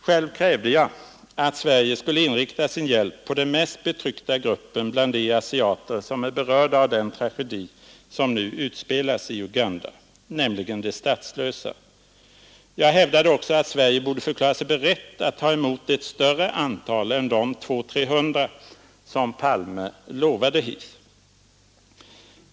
Själv krävde jag att Sverige skulle inrikta sin hjälp på den mest betryckta gruppen bland de asiater som är berörda av den tragedi som nu utspelas i Uganda, nämligen de statslösa. Jag hävdade också att Sverige borde förklara sig berett att ta emot ett större antal än de 200-300 som Palme lovade Heath.